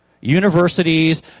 universities